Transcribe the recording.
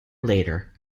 later